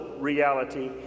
reality